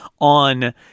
on